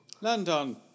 London